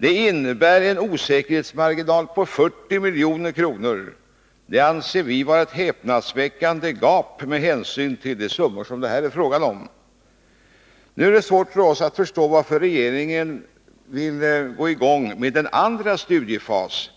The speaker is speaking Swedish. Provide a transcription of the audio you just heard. Det innebär en osäkerhetsmarginal på 40 milj.kr., och det anser vi vara ett häpnadsväckande gap med hänsyn till de summor som det här är fråga om. Vi har svårt att förstå varför regeringen vill få i gång en andra studiefas.